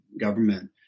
government